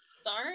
start